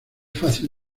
fácil